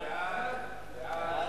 ההצעה